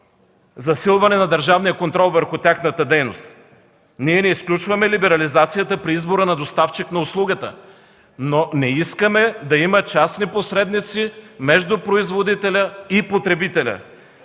засилване на държавния контрол върху тяхната дейност. Ние не изключваме либерализацията при избора на доставчик на услугата, но не искаме да има частни посредници между производителя и потребителя.